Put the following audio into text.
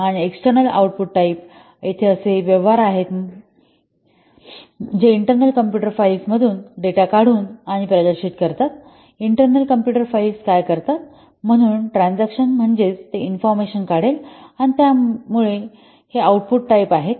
आणि external output type येथे असे व्यवहार आहेत जे इंटर्नल कॉम्पुटर फाइल्समधून डेटा काढून आणि प्रदर्शित करतात इंटर्नल कॉम्पुटर फाइल्स काय करतात म्हणून ट्रान्झकॅशन्स म्हणजेच ते इन्फॉर्मेशन काढेल त्यामुळे मुळात हे आउटपुट टाईप आहेत